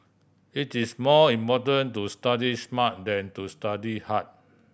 it is more important to study smart than to study hard